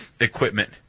equipment